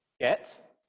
get